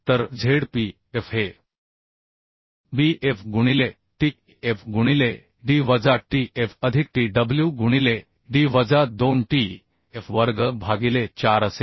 तर z p f हे b f गुणिले t f गुणिले d वजा t f अधिक t डब्ल्यू गुणिले d वजा 2 t f वर्ग भागिले 4 असेल